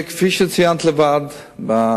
כפי שציינת בדברייך,